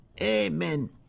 Amen